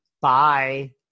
Bye